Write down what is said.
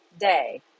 day